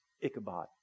Ichabod